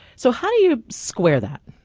so how do you square that?